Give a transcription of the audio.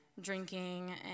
Drinking